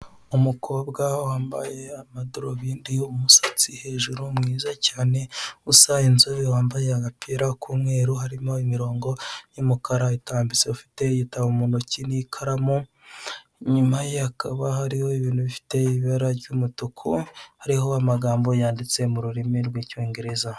Umukobwa wambaye amadarubindi, umusatsi hejuru mwiza cyane, usa inzobe, wambaye agapira k'umweru harimo imirongo y'umukara itambitse, ufite igitabo mu ntoki n'ikaramu, inyuma ye hakaba hariho ibintu bifite ibara ry'umutuku, hariho amagambo yanditse mu rurimi rw'icyongereza.